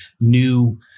new